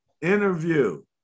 Interview